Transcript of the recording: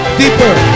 deeper